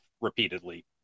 repeatedly